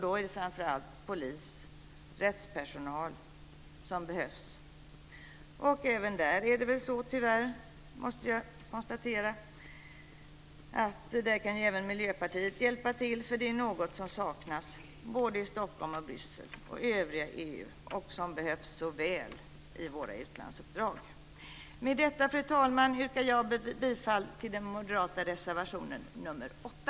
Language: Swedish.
Då är det framför allt polis och rättspersonal som behövs. Även där kan Miljöpartiet hjälpa till, för det är något som saknas både i Stockholm och i Bryssel och i övriga EU. Det behövs så väl i våra utlandsuppdrag. Med detta, fru talman, yrkar jag bifall till den moderata reservationen nr 8.